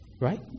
right